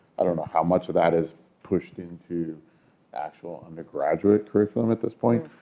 i don't know how much of that is pushed into actual undergraduate curriculum at this point.